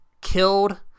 Killed